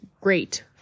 great